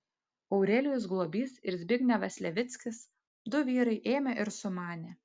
aurelijus globys ir zbignevas levickis du vyrai ėmė ir sumanė